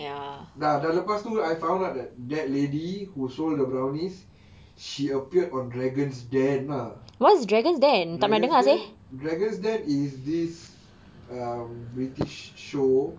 dah dah lepas tu I found out that that lady who sold the brownies she appeared on dragon's den ah dragon's den dragon's den is this uh british show